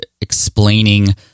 explaining